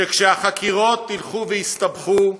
שכשהחקירות ילכו ויסתבכו,